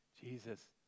Jesus